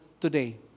today